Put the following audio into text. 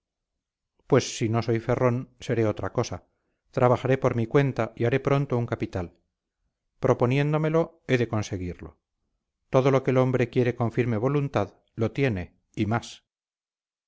pues si no soy ferrón seré otra cosa trabajaré por mi cuenta y haré pronto un capital proponiéndomelo he de conseguirlo todo lo que el hombre quiere con firme voluntad lo tiene y más